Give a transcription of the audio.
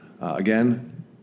Again